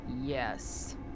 Yes